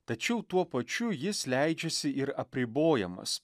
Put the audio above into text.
tačiau tuo pačiu jis leidžiasi ir apribojamas